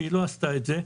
היא לא עשתה את זה.